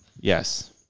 Yes